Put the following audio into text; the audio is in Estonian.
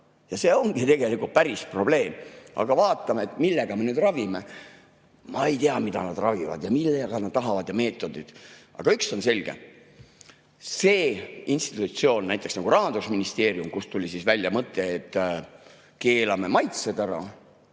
Ja see on tegelikult päris probleem. Aga vaatame, millega me nüüd ravime. Ma ei tea, mida nad ravivad, millega nad [ravivad] ja [millised on] meetodid. Aga üks on selge: see institutsioon, näiteks Rahandusministeerium, kust tuli välja mõte, et keelame maitsed ära,